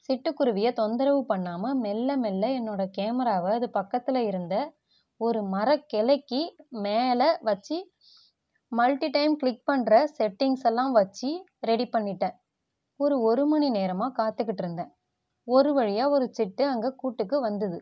சிட்டுக்குருவியை தொந்தரவு பண்ணாமல் மெல்ல மெல்ல என்னோடய கேமராவை அது பக்கத்தில் இருந்த ஒரு மரக்கிளைக்கு மேல் வச்சு மல்டி டைம் கிளிக் பண்ணுற செட்டிங்ஸ் எல்லாம் வச்சு ரெடி பண்ணிவிட்டேன் ஒரு ஒரு மணி நேரமாக காத்துக்கிட்டு இருந்தேன் ஒரு வழியாக ஒரு சிட்டு அங்கே கூட்டுக்கு வந்தது